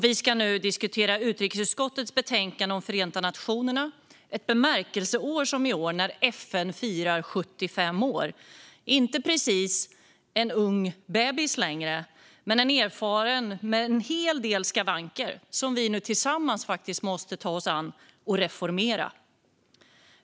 Vi ska nu diskutera utrikesutskottets betänkande om Förenta nationerna, ett bemärkelseår som detta när FN firar 75 år. Det är inte precis någon ung bebis längre utan en erfaren organisation med en hel del skavanker, som vi nu tillsammans måste ta oss an och reformera.